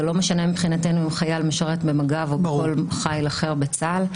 זה לא משנה מבחינתנו אם חייל משרת במג"ב או בכל חיל אחר בצה"ל.